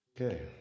Okay